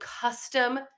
custom